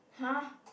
!huh!